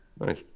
Nice